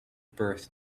birth